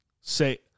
say